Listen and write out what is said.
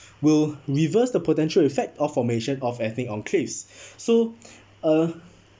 will reverse the potential effect of formation of ethnic on claves so uh